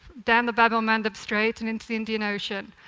down the bab-el-mandeb strait and into the indian ocean,